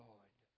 Lord